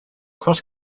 cross